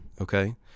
Okay